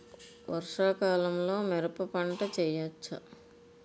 వర్షాకాలంలో మిరప పంట వేయవచ్చా?